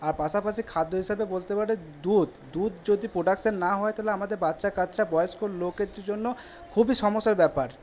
আর পাশাপাশি খাদ্য হিসাবে বলতে পারে দুধ দুধ যদি প্রোডাকশান না হয় তাহলে আমাদের বাচ্ছা কাচ্চা বয়েস্ক লোকের জন্য খুবই সমস্যার ব্যাপার